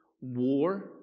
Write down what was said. war